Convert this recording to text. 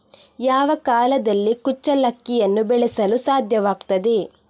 ಯಾವ ಕಾಲದಲ್ಲಿ ಕುಚ್ಚಲಕ್ಕಿಯನ್ನು ಬೆಳೆಸಲು ಸಾಧ್ಯವಾಗ್ತದೆ?